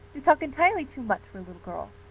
you talk entirely too much for a little girl.